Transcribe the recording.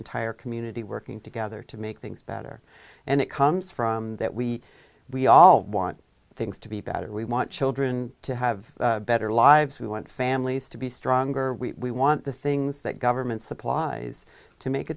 entire community working together to make things better and it comes from that we we all want things to be better we want children to have better lives we want families to be stronger we want the things that government supplies to make a